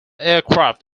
aircraft